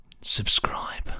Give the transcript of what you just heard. subscribe